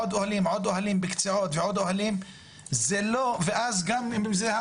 ועוד משהו, אם כבר מדברים על זה,